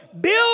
build